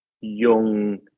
young